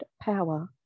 power